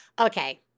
Okay